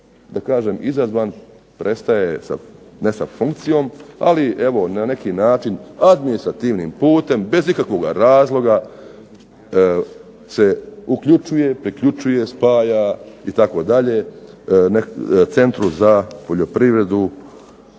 da kažem izazvan prestaje sa, ne sa funkcijom, ali evo na neki način administrativnim putem, bez ikakvoga razloga se uključuje, priključuje, spaja itd. Centru za poljoprivredu,